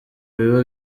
biba